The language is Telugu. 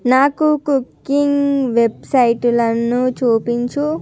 నాకు కుకింగ్ వెబ్సైట్లను చూపించు